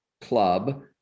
club